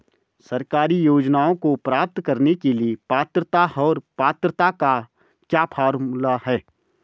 सरकारी योजनाओं को प्राप्त करने के लिए पात्रता और पात्रता का क्या फार्मूला है?